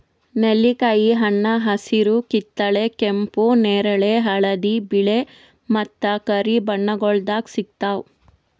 ನೆಲ್ಲಿಕಾಯಿ ಹಣ್ಣ ಹಸಿರು, ಕಿತ್ತಳೆ, ಕೆಂಪು, ನೇರಳೆ, ಹಳದಿ, ಬಿಳೆ ಮತ್ತ ಕರಿ ಬಣ್ಣಗೊಳ್ದಾಗ್ ಸಿಗ್ತಾವ್